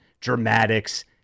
dramatics